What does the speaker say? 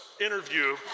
interview